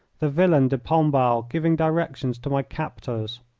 the villain de pombal giving directions to my captors.